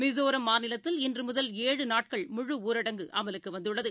மிசோரம் மாநிலத்தில் இன்றுமுதல் ஏழு நாட்கள் முழு ஊரடங்கு அமலுக்குவந்துள்ளது